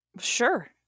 Sure